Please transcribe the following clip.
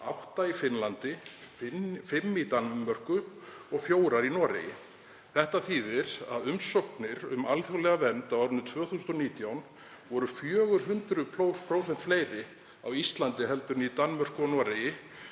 átta í Finnlandi, fimm í Danmörku og fjórar í Noregi. Þetta þýðir að umsóknir um alþjóðlega vernd á árinu 2019 voru 400% fleiri á Íslandi en í Danmörku og Noregi.